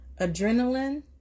Adrenaline